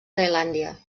tailàndia